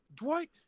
Dwight